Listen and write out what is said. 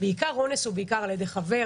אונס הוא בעיקר על ידי חבר,